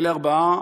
אלה ארבעה